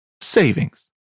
savings